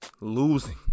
losing